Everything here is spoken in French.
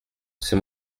c’est